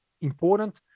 important